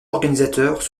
organisateurs